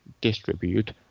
distribute